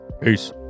Peace